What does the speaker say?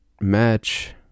match